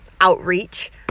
outreach